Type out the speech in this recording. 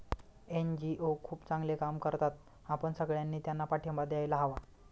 NGO खूप चांगले काम करतात, आपण सगळ्यांनी त्यांना पाठिंबा द्यायला हवा